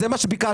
זה מה שביקשנו.